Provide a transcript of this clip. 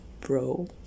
bro